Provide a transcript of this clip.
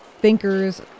thinkers